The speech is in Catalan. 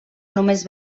només